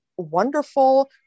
wonderful